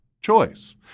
choice